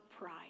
pride